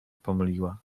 pomyliła